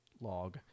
log